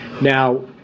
Now